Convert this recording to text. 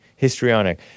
histrionic